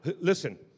Listen